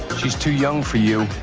she's too young for you.